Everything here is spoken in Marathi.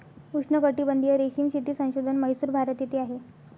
उष्णकटिबंधीय रेशीम शेती संशोधन म्हैसूर, भारत येथे आहे